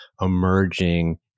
emerging